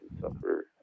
suffer